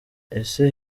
ese